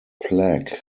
plaque